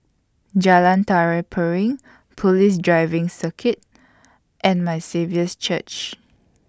Jalan Tari Piring Police Driving Circuit and My Saviour's Church